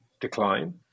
decline